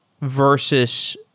versus